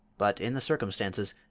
but, in the circumstances,